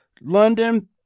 London